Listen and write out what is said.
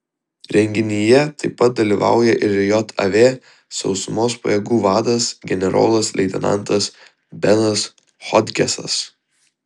renginyje taip pat dalyvauja ir jav sausumos pajėgų vadas generolas leitenantas benas hodgesas